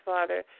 Father